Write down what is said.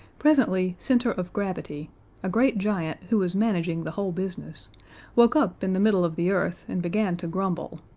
presently center of gravity a great giant who was managing the whole business woke up in the middle of the earth and began to grumble.